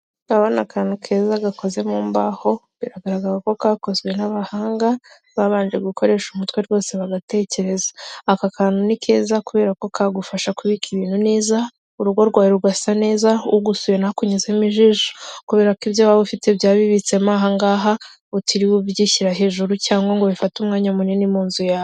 Ndabona ni akantu keza gakoze mu mbaho, biragaragaza ko kakozwe n'abahanga, babanje gukoresha umutwe rwose bagatekereza. Aka kantu ni keza kubera ko kagufasha kubika ibintu neza, urugo rwawe rugasa neza, ugusuye ntakunyuzemo ijisho kubera ko ibyo waba ufite byaba bibitsemo aha ngaha, utiriwe ubishyira hejuru cyangwa ngo bifate umwanya munini mu nzu yawe.